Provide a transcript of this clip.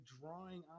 drawing